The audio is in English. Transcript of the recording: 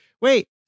wait